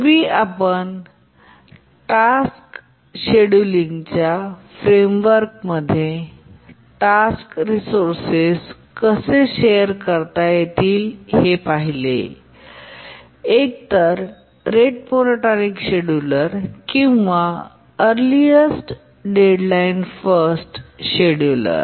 पूर्वी आपण टास्क शेड्यूलिंगच्या फ्रॅमेवर्कमध्ये टास्क रिसोर्सेस कसे शेअर करता येतील हे पाहिले एकतर रेट मोनोटॉनिक शेड्यूलर किंवा अरलीएस्ट डेडलाईन फर्स्ट शेड्युलर